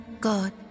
God